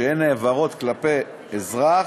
כשהן נעברו כלפי אזרח,